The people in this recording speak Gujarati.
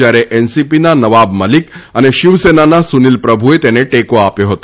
જ્યારે એનસીપીના નવાબ મલિક અને શિવસેનાના સુનીલ પ્રભુએ તેને ટેકો આપ્યો હતો